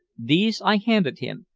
these i handed him,